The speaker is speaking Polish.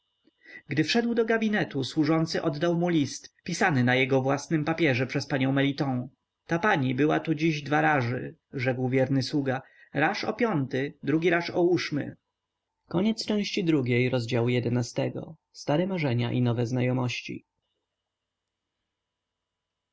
gdy wszedł do gabinetu służący oddał mu list pisany na jego własnym papierze przez panią meliton ta pani była tu dziś dwa raży rzekł wierny sługa raż o piąty drugi raż o ószmy wokulski powoli